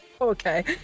Okay